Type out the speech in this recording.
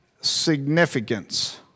significance